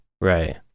Right